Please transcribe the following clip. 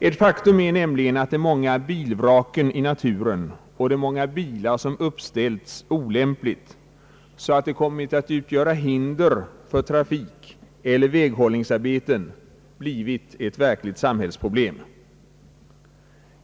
Ett faktum är nämligen att de många bilvraken i naturen och de många bilar som uppställts olämpligt så att de kommit att utgöra hinder för trafik eller väghållningsarbete har blivit ett verkligt samhällsproblem.